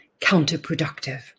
counterproductive